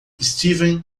steven